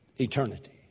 eternity